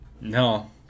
No